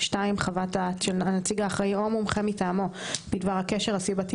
(2) חוות דעת של הנציג האחראי או מומחה מטעמו בדבר הקשר הסיבתי